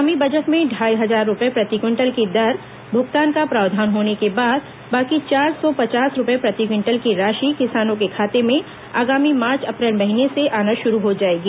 आगामी बजट में ढ़ाई हजार रूपये प्रति क्विंटल की दर भुगतान का प्रावधान होने के बाद बाकी चार सौ पचास रूपये प्रति क्विंटल की राशि किसानों के खाते में आगामी मार्च अप्रैल महीने से आना शुरू हो जाएगी